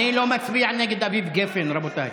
אני לא מצביע נגד אביב גפן, רבותיי.